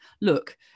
look